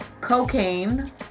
cocaine